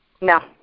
No